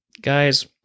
Guys